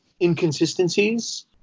inconsistencies